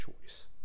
choice